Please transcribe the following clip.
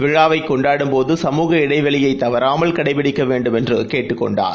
விழாவைக் கொண்டாடும் போதுசமுக இடைவெளியைதவறாமல் கடைபிடிக்கவேண்டும் என்றுகேட்டுக் கொண்டார்